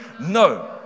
No